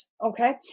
Okay